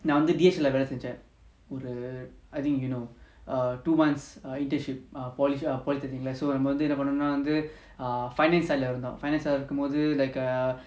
நான்வந்து:nan vandhu dhc lah வேலசெஞ்சேன்:vela senjen I think you know err two months internship err poly polytechnic like so நாமவந்துஎன்னபண்ணனும்னாவந்து:nama vandhu enna pannanumnaa vandhu err finance lah இருந்தோம்:irunthom finance lah இருக்கும்போது:irukumpothu like err